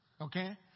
Okay